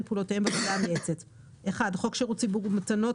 פעולותיהם בוועדה המייעצת: חוק שירות הציבור (מתנות),